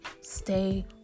stay